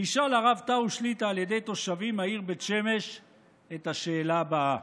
נשאל הרב טאו שליט"א על ידי תושבי העיר בית שמש את השאלה הבאה,